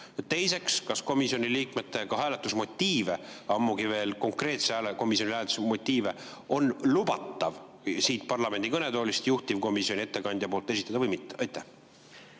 teiseks, kas komisjoni liikmete hääletusmotiive, ammugi veel konkreetse hääle [motiive], on lubatav siit parlamendi kõnetoolist juhtivkomisjoni ettekandja poolt esitada või mitte? Austatud